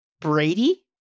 Brady